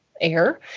air